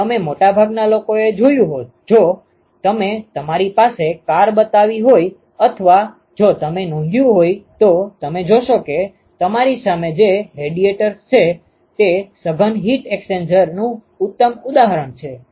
તમે મોટાભાગના લોકોએ જોયું હોત જો તમે તમારી પાસે કાર બતાવી હોય અથવા જો તમે નોંધ્યું હોય તો તમે જોશો કે તમારી સામે જે રેડિએટર્સ છે તે સઘન હીટ એક્સ્ચેન્જર નું ઉત્તમ ઉદાહરણ પણ છે